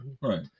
right